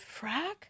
frack